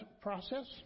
process